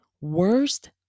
worst